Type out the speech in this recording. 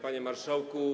Panie Marszałku!